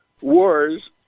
Wars